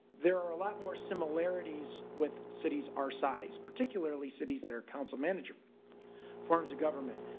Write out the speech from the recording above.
there are a lot more similarities with cities our size, particularly cities that are council manager forms of government.